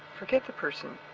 forget the person